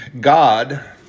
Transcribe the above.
God